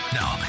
now